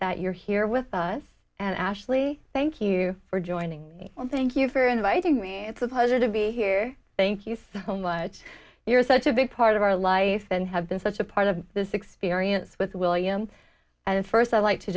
that you're here with us and ashley thank you for joining me well thank you for inviting me it's a pleasure to be here thank you so much you're such a big part of our life and have been such a part of this experience with william and first i'd like to